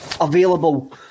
available